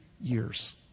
years